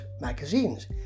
magazines